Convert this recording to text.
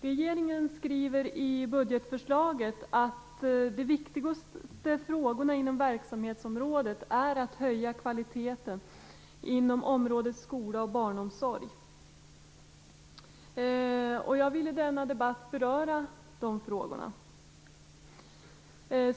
Regeringen skriver i budgetförslaget att de viktigaste frågorna inom verksamhetsområdet är att höja kvaliteten inom området skola och barnomsorg. Jag vill i denna debatt beröra de frågorna.